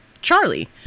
Charlie